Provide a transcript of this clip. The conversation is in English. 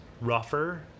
rougher